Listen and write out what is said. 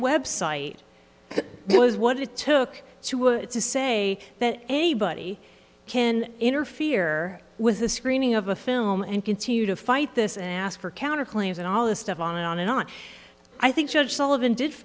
website was what it took to it's to say that anybody can interfere with the screening of a film and continue to fight this an ask for counterclaims and all this stuff on and on and on i think judge sullivan did